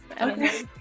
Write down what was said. okay